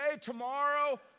tomorrow